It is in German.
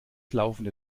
laufende